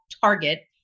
target